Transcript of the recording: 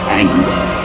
anger